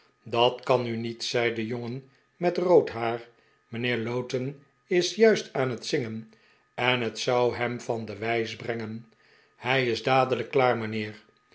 dat kan nu niet zei een jongen met rood haar mijnheer lowten is juist aan het zingen en het zou hem van de wijs brengen hij is dadelijk klaar mijnheer